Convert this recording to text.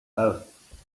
both